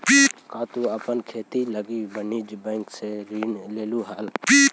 का तु अपन खेती लागी वाणिज्य बैंक से ऋण लेलहुं हल?